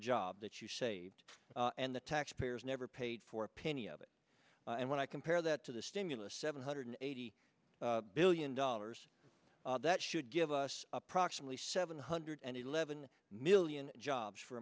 job that you saved and the taxpayers never paid for a penny of it and when i compare that to the stimulus seven hundred eighty billion dollars that should give us approximately seven hundred and eleven million jobs for